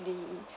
the